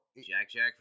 Jack-Jack